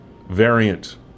variant